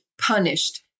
punished